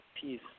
peace